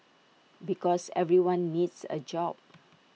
because everyone needs A job